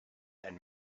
and